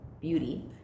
beauty